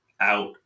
out